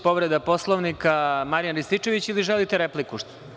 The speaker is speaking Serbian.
Povreda Poslovnika, Marijan Rističević, ili želite repliku?